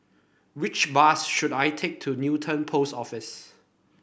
which bus should I take to Newton Post Office